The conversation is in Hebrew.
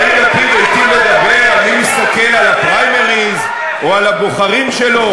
יאיר לפיד היטיב לדבר על מי שמסתכל על הפריימריז או על הבוחרים שלו.